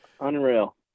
Unreal